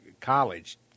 college